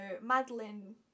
Madeline